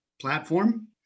platform